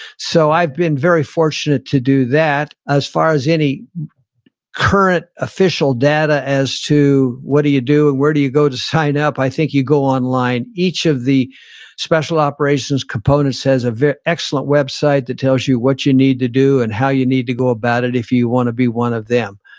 so i've been very fortunate to do that as far as any current official data as to what do you do and where do you go to sign up, i think you go online. each of the special operations components has an excellent website that tells you what you need to do and how you need to go about it if you want to be one of them.